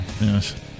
Yes